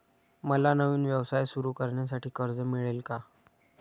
मला नवीन व्यवसाय सुरू करण्यासाठी कर्ज मिळेल का?